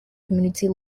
community